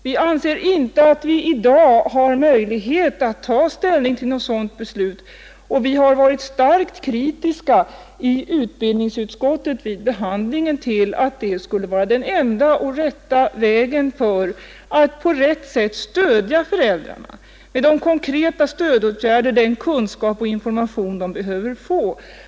Vi anser inte att vi i dag har möjlighet att ta något sådant beslut, och vi har vid behandlingen i utbildningsutskottet varit starkt kritiska till att detta skulle vara den enda och rätta vägen för att stödja föräldrarna med de konkreta stödåtgärder, den kunskap och den information som de behöver få.